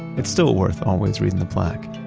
it's still worth always reading the plaque,